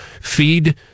feed